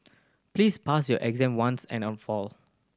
please pass your exam once and for